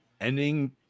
ending